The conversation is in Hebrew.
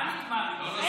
מה נגמר עם זה?